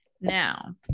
Now